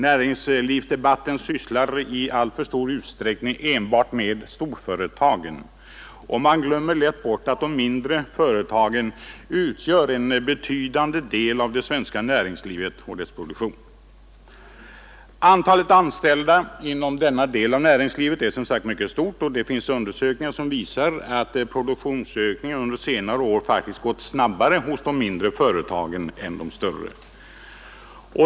Näringslivsdebatten sysslar i alltför stor utsträckning enbart med storföretagen, och man glömmer lätt bort att de mindre företagen utgör en betydande del av det svenska näringslivet och svarar för en betydande del av dess produktion. Antalet anställda inom denna del av näringslivet är som sagt mycket stort, och det finns undersökningar som visar att produktionsökningen under senare år faktiskt gått snabbare hos de mindre företagen än hos de större.